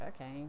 okay